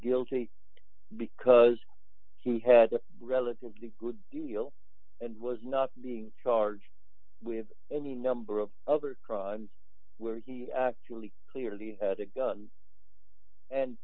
guilty because he had a relatively good deal and was not being charged with any number of other crimes where he actually clearly had a gun and